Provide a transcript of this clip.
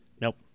Nope